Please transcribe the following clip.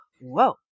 whoa